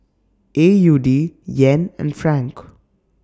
A U D Yen and Franc